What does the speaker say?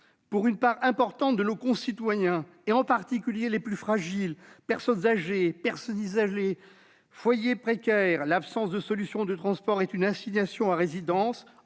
Pour une part importante de nos concitoyens, en particulier les plus fragiles comme les personnes âgées, les femmes isolées ou les foyers précaires, l'absence de solution de transport est une assignation à résidence,